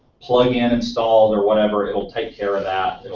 plug in installed or whatever it'll take care of that